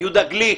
יהודה גליק,